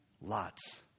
lots